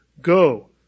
Go